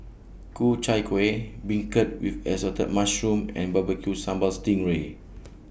Ku Chai Kuih Beancurd with Assorted Mushrooms and Barbecue Sambal Sting Ray